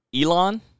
Elon